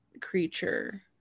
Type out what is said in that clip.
creature